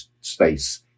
space